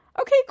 Okay